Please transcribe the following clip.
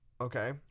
okay